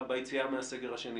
ביציאה מהסגר השני.